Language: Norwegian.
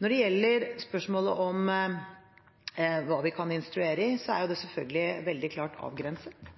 Når det gjelder spørsmålet om hva vi kan instruere i, er det selvfølgelig veldig klart avgrenset. Det